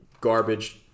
garbage